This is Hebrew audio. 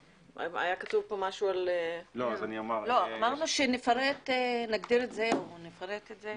לא, אמרנו שנפרט את זה, נגדיר את זה.